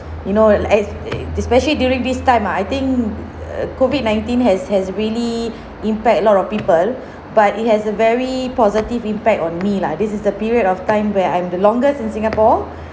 you know es~ uh especially during this time ah I think err COVID nineteen has has really impact a lot of people but it has a very positive impact on me lah this is the period of time where I am the longest in singapore